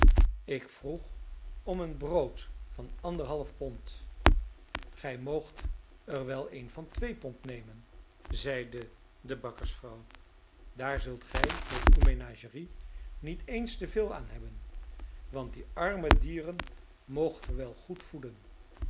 ik vroeg om een brood van anderhalf pond gij moogt er wel een van twee pond nemen zeide de bakkersvrouw daar zult gij met uw menagerie niet eens te veel aan hebben want die arme dieren moogt ge wel goed voeden